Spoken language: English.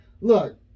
Look